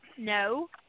No